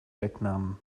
decknamen